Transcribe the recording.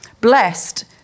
blessed